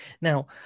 Now